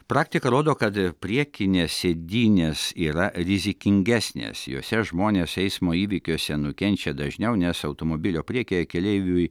praktika rodo kad priekinės sėdynės yra rizikingesnės jose žmonės eismo įvykiuose nukenčia dažniau nes automobilio priekyje keleiviui